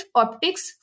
optics